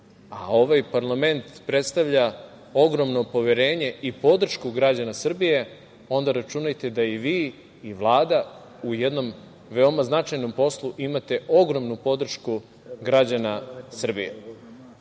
a ovaj parlament predstavlja ogromno poverenje i podršku građana Srbije, onda računajte da i vi i Vlada u jednom veoma značajnom poslu imate ogromnu podršku građana Srbije. Takođe,